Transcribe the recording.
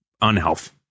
unhealth